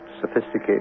sophisticated